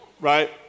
Right